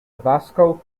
vasco